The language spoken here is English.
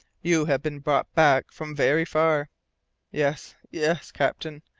you have been brought back from very far yes, yes, captain,